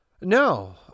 No